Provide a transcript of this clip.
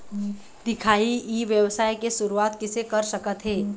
दिखाही ई व्यवसाय के शुरुआत किसे कर सकत हे?